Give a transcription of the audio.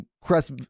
Crest